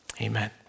amen